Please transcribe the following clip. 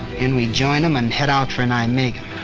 and we join them and head out for nijmegen.